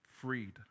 freed